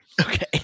Okay